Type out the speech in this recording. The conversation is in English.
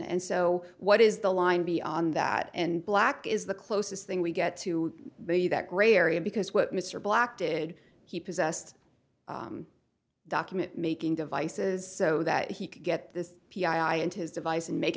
and so what is the line beyond that and black is the closest thing we get to the that gray area because what mr black did he possessed document making devices so that he could get this p i into his device and make